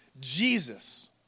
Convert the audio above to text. Jesus